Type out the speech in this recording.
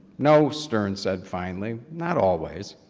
no, stern said finally, not always.